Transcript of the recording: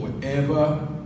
forever